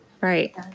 Right